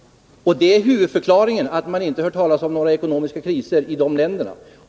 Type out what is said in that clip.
Det är huvudförklaringen till att man inte hör talas om några ekonomiska kriser i de länderna.